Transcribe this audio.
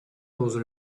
those